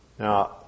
Now